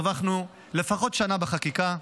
הרווחנו לפחות שנה בחקיקה,